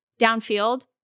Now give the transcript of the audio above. downfield